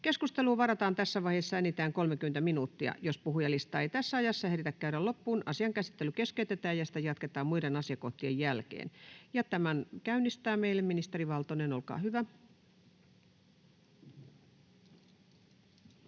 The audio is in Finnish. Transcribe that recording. Keskusteluun varataan tässä vaiheessa enintään 30 minuuttia. Jos puhujalistaa ei tässä ajassa ehditä käydä loppuun, asian käsittely keskeytetään ja sitä jatketaan muiden asiakohtien jälkeen. — Esittely, ministeri Rydman, olkaa hyvä.